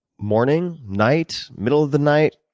morning, night, middle of the night?